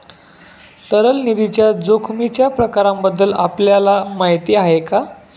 तरल निधीच्या जोखमीच्या प्रकारांबद्दल आपल्याला माहिती आहे का?